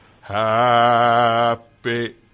happy